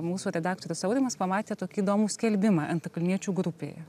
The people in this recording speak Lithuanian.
mūsų redaktorius aurimas pamatė tokį įdomų skelbimą antakalniečių grupėje